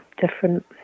different